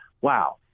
wow